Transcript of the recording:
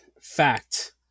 fact